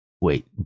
Wait